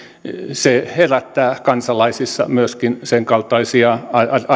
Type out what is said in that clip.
se herättää kansalaisissa myöskin senkaltaisia